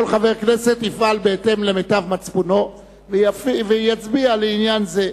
כל חבר כנסת יפעל בהתאם למיטב מצפונו ויצביע על עניין זה.